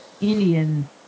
Indian